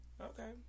okay